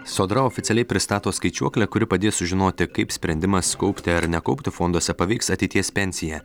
sodra oficialiai pristato skaičiuoklę kuri padės sužinoti kaip sprendimas kaupti ar nekaupti fonduose paveiks ateities pensiją